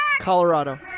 Colorado